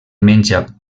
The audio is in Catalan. menja